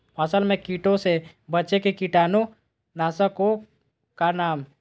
फसल में कीटों से बचे के कीटाणु नाशक ओं का नाम?